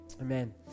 Amen